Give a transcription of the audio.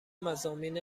مضامین